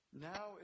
Now